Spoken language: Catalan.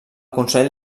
consell